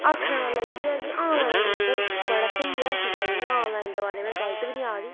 आखने दा मतलब इ'यै ऐ कि आनलाइन मतलब बड़ा स्हेई ऐ ऐसी गल्ल नी ऐ आनलाइन दे बारे च मैं गलत बी नेईं आखदी